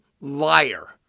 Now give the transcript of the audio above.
liar